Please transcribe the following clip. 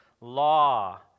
Law